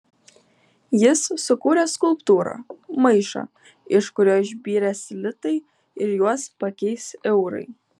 jis sukūrė skulptūrą maišą iš kurio išbyrės litai ir juos pakeis eurai